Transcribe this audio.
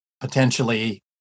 potentially